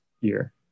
year